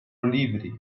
livre